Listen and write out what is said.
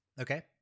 Okay